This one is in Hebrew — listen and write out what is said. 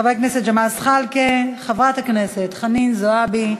חבר הכנסת ג'מאל זחאלקה, חברת הכנסת חנין זועבי,